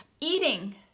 eating